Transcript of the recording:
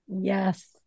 yes